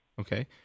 Okay